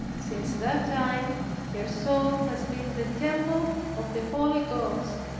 since that time her soul has been the temple of the holy ghost,